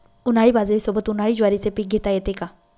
उन्हाळी बाजरीसोबत, उन्हाळी ज्वारीचे पीक घेता येते का?